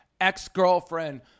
ex-girlfriend